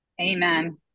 Amen